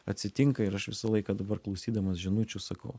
atsitinka ir aš visą laiką dabar klausydamas žinučių sakau